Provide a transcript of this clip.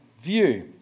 view